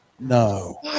No